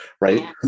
right